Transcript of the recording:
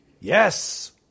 Yes